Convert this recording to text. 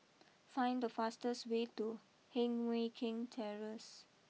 find the fastest way to Heng Mui Keng Terrace